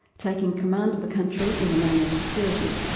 taking command of the country in the name of security,